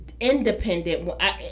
independent